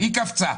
היא קפצה.